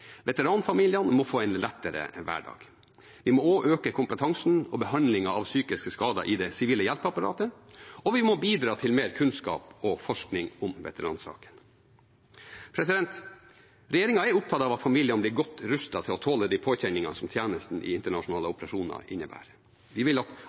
Veteranfamiliene må få en lettere hverdag, vi må øke kompetansen og behandlingen av psykiske skader i det sivile hjelpeapparatet, og vi må bidra til mer kunnskap og forskning på veteransaken. Regjeringen er opptatt av at familiene blir godt rustet til å tåle de påkjenningene som tjenesten i internasjonale operasjoner innebærer. Vi vil at